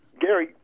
Gary